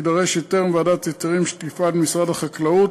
יידרש היתר מוועדת ההיתרים שתפעל במשרד החקלאות.